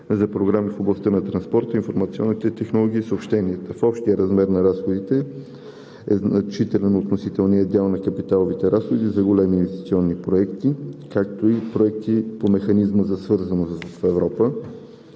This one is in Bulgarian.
за програми в областта на транспорта, информационните технологии и съобщенията. В общия размер на разходите е значителен относителният дял на капиталовите разходи за големи инвестиционни проекти, както и проекти по Механизма за свързаност в Европа.